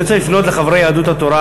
אני רוצה לפנות לחברי יהדות התורה.